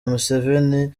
museveni